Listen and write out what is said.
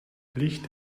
licht